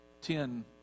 Ten